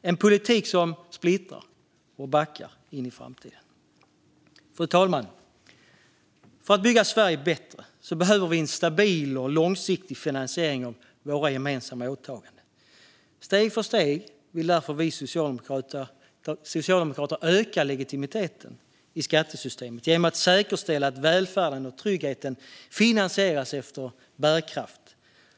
Det är en politik som splittrar och backar in i framtiden. Fru talman! För att bygga Sverige bättre behöver vi en stabil och långsiktig finansiering av våra gemensamma åtaganden. Steg för steg vill därför vi socialdemokrater öka legitimiteten i skattesystemet genom att säkerställa att välfärden och tryggheten finansieras efter bärkraft,